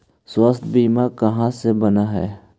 स्वास्थ्य बीमा कहा से बना है?